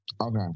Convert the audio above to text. okay